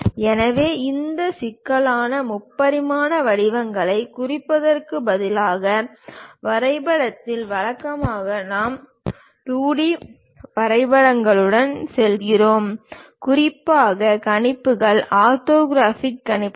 எனவே இந்த சிக்கலான முப்பரிமாண வடிவங்களைக் குறிப்பதற்கு பதிலாக வரைபடத்தில் வழக்கமாக நாம் 2 டி ஓவியங்களுடன் செல்கிறோம் குறிப்பாக கணிப்புகள் ஆர்த்தோகிராஃபிக் கணிப்புகள்